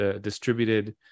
distributed